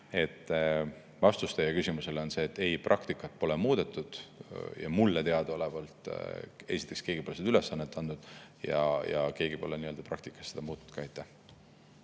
Vastus teie küsimusele on see, et ei, praktikat pole muudetud. Mulle teadaolevalt pole keegi seda ülesannet andnud ja keegi pole praktikas seda muutnud ka.